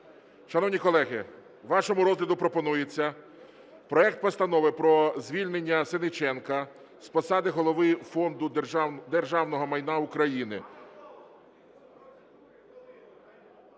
Шановні колеги, вашому розгляду пропонується проект Постанови про звільнення Сенниченка з посади Голови Фонду державного майна України.